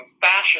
fashion